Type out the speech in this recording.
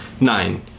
Nine